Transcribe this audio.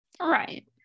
right